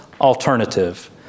alternative